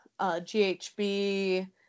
GHB